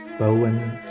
bowen